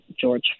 george